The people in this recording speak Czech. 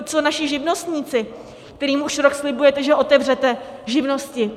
Co naši živnostníci, kterým už rok slibujete, že otevřete živnosti?